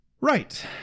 Right